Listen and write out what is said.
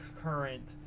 current